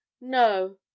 no